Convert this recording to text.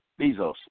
Bezos